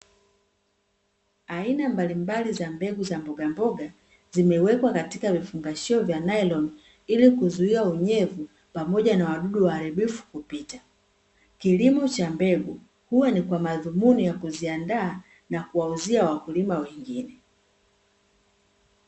Aina mbalimbali za mbegu za mbogamboga, zimewekwa katika vifungashio vya nailoni ili kuzuia unyevu pamoja na wadudu waharibifu kupita. Kilimo cha mbegu huwa ni kwa madhumini ya kuzindaa na kuwauzia wakulima wengine.